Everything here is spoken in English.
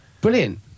Brilliant